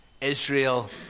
Israel